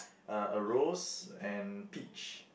uh a rose and peach